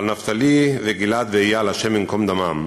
על נפתלי וגיל-עד ואיל, השם ייקום דמם,